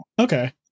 Okay